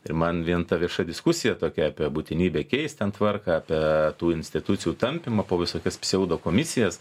ir man vien ta vieša diskusija tokia apie būtinybę keist ten tvarką apie tų institucijų tampymą po visokias pseudokomisijas